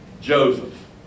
Joseph